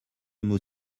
mot